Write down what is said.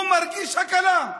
הוא מרגיש הקלה,